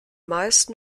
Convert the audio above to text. meisten